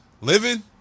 Living